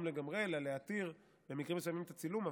לגמרי אלא להתיר במקרים מסוימים את הצילום,